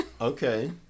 Okay